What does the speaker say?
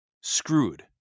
Screwed